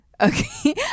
Okay